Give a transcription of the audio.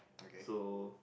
so